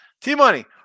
T-Money